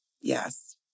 Yes